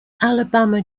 alabama